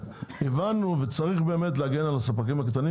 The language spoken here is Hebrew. הבנו וצריך באמת להגן על הספקים הקטנים